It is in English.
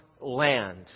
land